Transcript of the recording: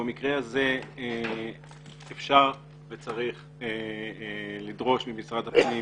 במקרה הזה אפשר וצריך לדרוש ממשרד הפנים